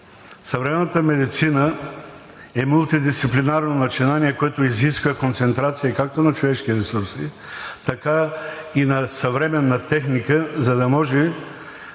Съвременната медицина е мултидисциплинарно начинание, което изисква концентрация както на човешки ресурси, така и на съвременна техника, за да може